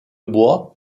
bois